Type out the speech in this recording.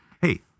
Hey